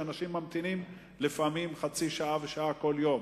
שבו אנשים ממתינים לפעמים חצי שעה או שעה ככל יום.